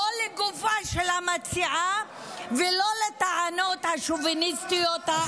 לא לגופה של המציעה ולא על הטענות השוביניסטיות האלה.